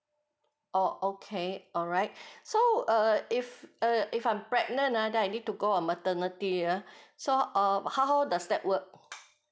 oh okay alright so err if uh if I'm pregnant ah then I need to go on maternity err so err how does that work